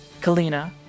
Kalina